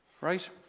right